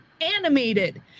animated